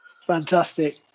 Fantastic